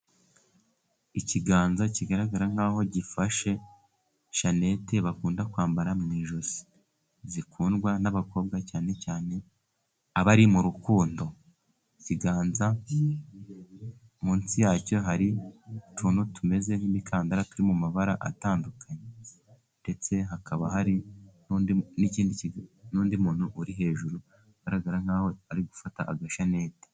Ikiganza kigaragara nk'aho gifashe shanete bakunda kwambara mu ijosi. Zikundwa n'abakobwa cyane cyane abari mu rukundo. Ikiganza munsi yacyo hari utuntu tumeze nk'imikandara turi mu mabara atandukanye ndetse hakaba hari n'ikindi n'undi muntu uri hejuru agaragara nkaho ari gufata agashanete.